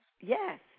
Yes